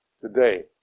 today